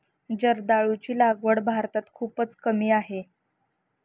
जर्दाळूची लागवड भारतात खूपच कमी आहे